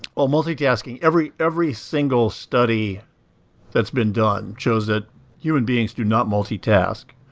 ah multi-tasking. every every single study that's been done shows that human beings do not multi-task,